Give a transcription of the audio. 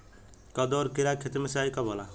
कदु और किरा के खेती में सिंचाई कब होला?